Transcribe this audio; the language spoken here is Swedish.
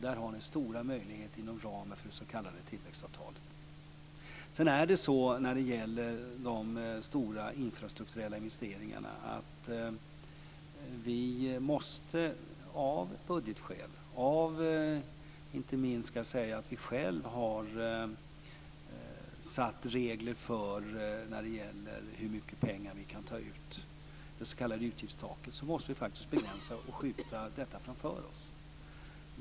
Där har ni stora möjligheter inom ramen för det s.k. tillväxtavtalet. Av budgetskäl och inte minst av det skälet att vi själva har satt upp regler för hur mycket pengar vi kan ta ut, dvs. det s.k. utgiftstaket, måste vi faktiskt begränsa och skjuta de stora infrastrukturella investeringarna framför oss.